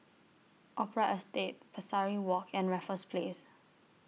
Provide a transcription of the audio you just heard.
Opera Estate Pesari Walk and Raffles Place